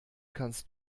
kannst